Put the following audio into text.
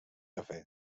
cafè